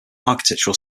architectural